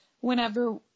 whenever